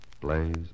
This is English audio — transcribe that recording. Blaze